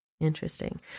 Interesting